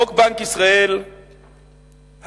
חוק בנק ישראל הקיים,